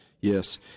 Yes